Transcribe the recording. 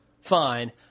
Fine